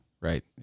right